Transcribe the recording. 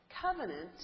covenant